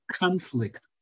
conflict